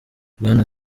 bwana